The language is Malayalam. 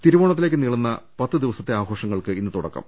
തിരുവോണത്തിലേക്ക് നീളുന്ന പത്ത് ദിവസത്തെ ആഘോ ഷങ്ങൾക്ക് ഇന്ന് തുടക്കം